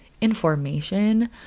information